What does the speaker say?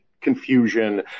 confusion